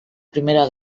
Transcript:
primera